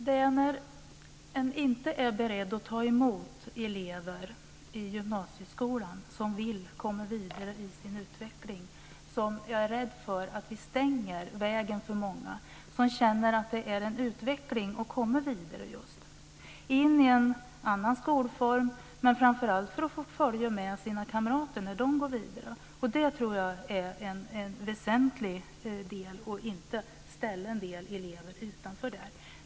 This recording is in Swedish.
Herr talman! Det är när man inte är beredd att i gymnasieskolan ta emot elever som vill komma vidare i sin utveckling som jag är rädd för att vi stänger vägen för många som känner att det är en utveckling just att komma vidare - in i en annan skolform, men framför allt för att få följa med sina kamrater när de går vidare. Det tror jag är en väsentlig del: att inte ställa en del elever utanför där.